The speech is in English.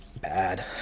bad